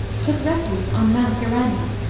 took refuge on mount geranien.